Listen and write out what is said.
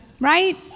Right